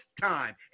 time